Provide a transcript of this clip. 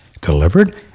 delivered